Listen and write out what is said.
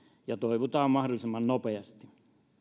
ja toivutaan mahdollisimman nopeasti